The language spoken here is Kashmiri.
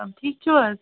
ٹھیٖک چھِو حظ